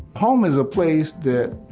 home is a place that